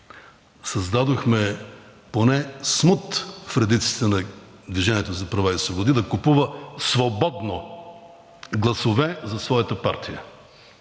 създадохме поне смут в редиците на „Движение за права и свободи“ да купува свободно гласове за своята партия.